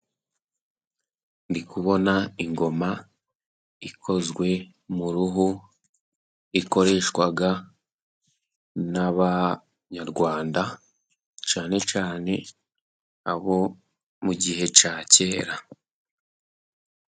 Ndikubona ingoma ikozwe mu ruhu ikoreshwa n'abanyarwanda cyane cyane abo mu gihe cya kera.